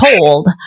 cold